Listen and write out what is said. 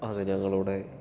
അത് ഞങ്ങളുടെ